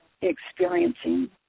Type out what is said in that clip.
experiencing